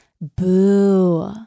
boo